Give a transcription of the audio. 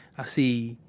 i see